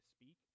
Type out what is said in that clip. speak